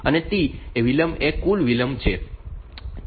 અને T વિલંબ એ કુલ વિલંબ છે